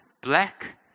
Black